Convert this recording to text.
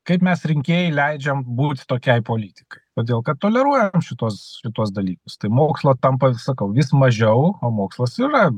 kaip mes rinkėjai leidžiam būt tokiai politikai todėl kad toleruojam šituos šituos dalykus tai mokslo tampa sakau vis mažiau o mokslas yra